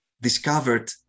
discovered